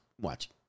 watch